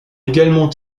également